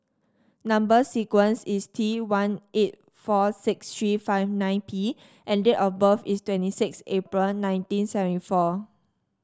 number sequence is T one eight four six three five nine P and date of birth is twenty six April nineteen seventy four